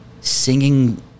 singing